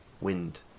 wind